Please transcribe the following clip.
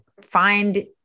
find